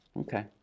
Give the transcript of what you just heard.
Okay